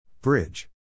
Bridge